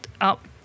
up